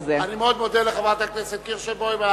אני מודה לחברת הכנסת קירשנבאום.